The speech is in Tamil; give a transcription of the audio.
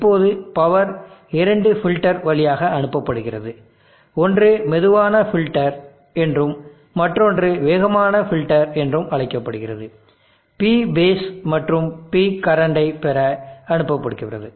இப்போது பவர் இரண்டு ஃபில்டர்கள் வழியாக அனுப்பப்படுகிறது ஒன்று மெதுவான ஃபில்டர் என்றும் மற்றொன்று வேகமான ஃபில்டர் என்றும் அழைக்கப்படுகிறதுP பேஸ் மற்றும் P கரண்டை பெற அனுப்பப்படுகிறது